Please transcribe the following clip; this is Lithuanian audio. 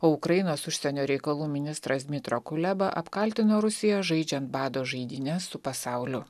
o ukrainos užsienio reikalų ministras mitrokuleba apkaltino rusiją žaidžiant bado žaidynes su pasauliu